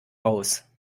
aus